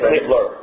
Hitler